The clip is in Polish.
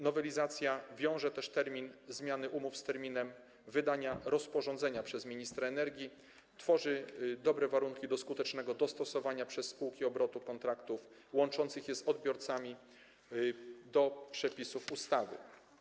Nowelizacja wiąże też termin zmiany umów z terminem wydania rozporządzenia przez ministra energii, tworzy dobre warunki do skutecznego dostosowania przez spółki obrotu kontraktów łączących je z odbiorcami do przepisów ustawy.